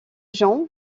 jean